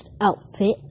outfit